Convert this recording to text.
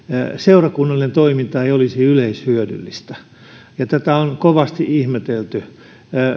seurakunnallinen toiminta ei olisi yleishyödyllistä tätä on kovasti ihmetelty